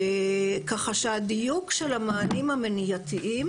ככה שהדיוק של המענים המניעתיים